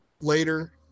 later